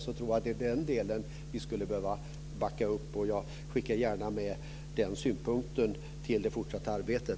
Då tror jag att det är den delen vi skulle behöva backa upp. Jag skickar gärna med den synpunkten till det fortsatta arbetet.